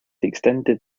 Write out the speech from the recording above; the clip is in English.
extended